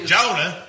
Jonah